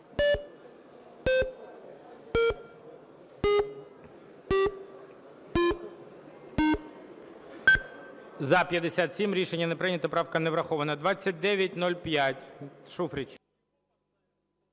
За-57 Рішення не прийнято. Правка не врахована. 2905, Шуфрич.